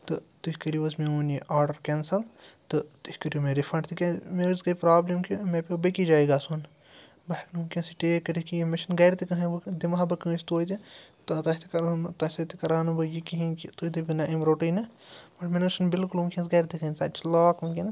تہٕ تُہۍ کٔرِو حظ میون یہِ آرڈَر کٮ۪نسَل تہٕ تُہۍ کٔرو مےٚ رِفنٛڈ تِکیٛازِ مےٚ حظ گٔے پرٛابلِم کہِ مےٚ پیوٚو بیٚکِس جایہِ گژھُن بہٕ ہٮ۪کہٕ نہٕ وٕنۍکٮ۪س یہِ ٹیک کٔرِتھ کِہیٖنۍ مےٚ چھُنہٕ گَرِ تہٕ کٕہۭنۍ وۄنۍ دِمہٕ ہا بہٕ کٲنٛسہِ تویتہِ تہٕ تۄہہِ تہِ کَرٕہو نہٕ تۄہہِ سۭتۍ تہِ کَرٕہو نہٕ بہٕ یہِ کِہیٖنۍ کہِ تُہۍ دٔپِو نہ أمۍ روٚٹٕے نہٕ مگر مےٚ نہٕ حظ چھِنہٕ بلکُل وٕنۍکٮ۪نَس گَرِ تہِ کٕہۭنۍ تَتہِ چھِ لاک وٕنۍکٮ۪نَس